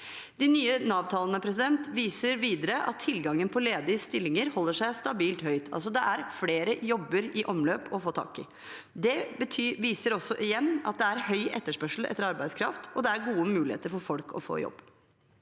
De nye Nav-tallene viser videre at tilgangen på ledige stillinger holder seg stabilt høy, altså at det er flere jobber i omløp å få tak i. Det viser igjen at det er høy etterspørsel etter arbeidskraft, og det er gode muligheter for folk til å få jobb.